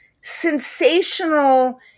sensational